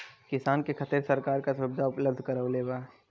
किसान के खातिर सरकार का सुविधा उपलब्ध करवले बा?